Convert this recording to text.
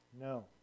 No